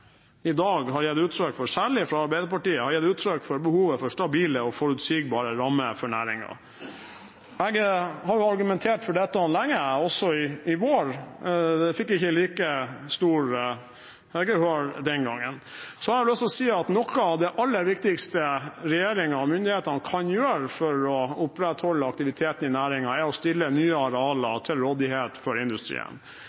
i dag – særlig fra Arbeiderpartiet – har gitt uttrykk for behovet for stabile og forutsigbare rammer for næringen. Jeg har argumentert for dette lenge, også i vår. Det fikk ikke like stort gehør den gangen. Så har jeg lyst til å si at noe av det aller viktigste regjeringen og myndighetene kan gjøre for å opprettholde aktiviteten i næringen, er å stille nye